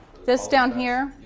this down here?